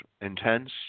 intense